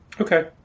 Okay